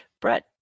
Brett